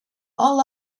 all